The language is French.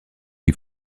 qui